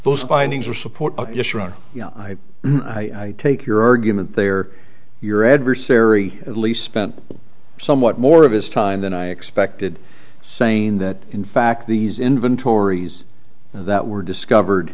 those findings or support or yeah i mean i take your argument there your adversary at least spent somewhat more of his time than i expected saying that in fact these inventories that were discovered